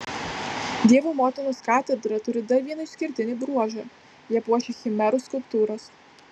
dievo motinos katedra turi dar vieną išskirtinį bruožą ją puošia chimerų skulptūros